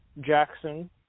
Jackson